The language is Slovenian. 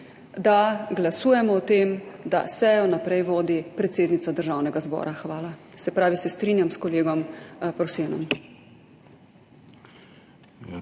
da glasujemo o tem, da sejo naprej vodi predsednica Državnega zbora. Hvala. Se pravi, se strinjam s kolegom Prosenom.